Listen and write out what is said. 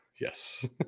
Yes